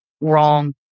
wrong